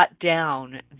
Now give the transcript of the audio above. down